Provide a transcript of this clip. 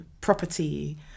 property